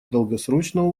долгосрочного